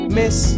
miss